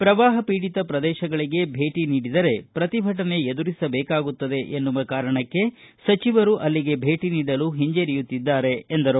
ಪ್ರವಾಹ ಪೀಡಿತ ಪ್ರದೇಶಗಳಿಗೆ ಭೇಟಿ ನೀಡಿದರೆ ಪ್ರತಿಭಟನೆ ಎದುರಿಸಬೇಕಾಗುತ್ತದೆ ಎನ್ನುವ ಕಾರಣಕ್ಕೆ ಸಚಿವರು ಅಲ್ಲಿಗೆ ಭೇಟಿ ನೀಡಲು ಹಿಂಜರಿಯುತ್ತಿದ್ದಾರೆ ಎಂದರು